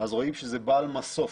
אז רואים שזה בעל מסוף